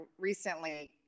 recently